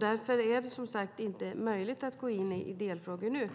Därför är det inte möjligt att nu gå in i delfrågor.